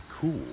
Cool